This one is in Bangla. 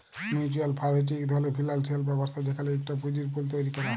মিউচ্যুয়াল ফাল্ড হছে ইক ধরলের ফিল্যালসিয়াল ব্যবস্থা যেখালে ইকট পুঁজির পুল তৈরি ক্যরা হ্যয়